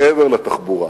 מעבר לתחבורה,